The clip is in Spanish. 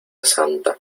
santa